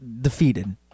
defeated